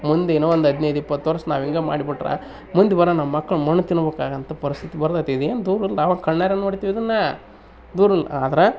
ಮುಂದೆ ಇನ್ನು ಒಂದು ಹದಿನೈದು ಇಪ್ಪತ್ತು ವರ್ಷ ನಾವು ಹಿಂಗೆ ಮಾಡಿ ಬಿಟ್ಟರೆ ಮುಂದೆ ಬರೊ ನಮ್ಮ ಮಕ್ಕಳು ಮಣ್ಣು ತಿನ್ಬೇಕ್ ಆಗೊಂಥ ಪರಿಸ್ಥಿತಿ ಬರ್ತತಿ ಇದು ಏನು ದೂರಿಲ್ಲ ನಾವು ಕಣ್ಣಾರೇ ನೋಡ್ತಿವಿ ಇದನ್ನು ದೂರಿಲ್ಲ ಆದ್ರೆ